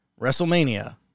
WrestleMania